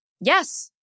Yes